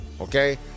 okay